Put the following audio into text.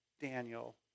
Daniel